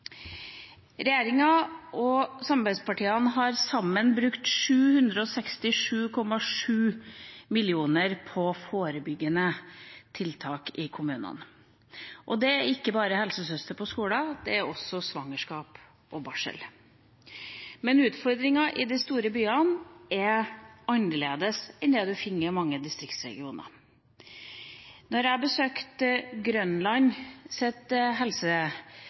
Regjeringa og samarbeidspartiene har sammen brukt 767,7 mill. kr på forebyggende tiltak i kommunene. Det er ikke bare helsesøster på skolen, det er også svangerskap og barsel. Men utfordringen i de store byene er annerledes enn de man finner i mange distriktsregioner. Da jeg besøkte Grønland